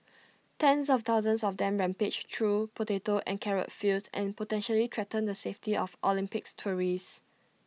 tens of thousands of them rampage through potato and carrot fields and potentially threaten the safety of Olympics tourists